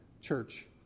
church